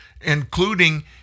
including